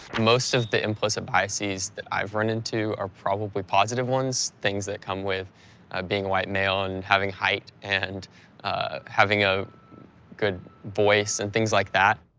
most of the implicit biases that i've run into are probably positive ones. things that come with being a white male and having height and having a good voice and things like that.